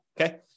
Okay